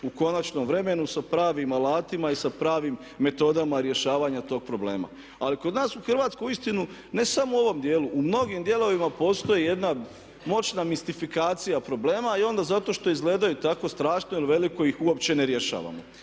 u konačnom vremenu sa pravim alatima i sa pravim metodama rješavanja tog problema. Ali kod nas u Hrvatskoj uistinu ne samo u ovom dijelu u mnogim dijelovima postoji jedna moćna mistifikacija problema i onda zato što izgledaju tako strašno i veliko ih uopće ne rješavamo.